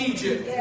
Egypt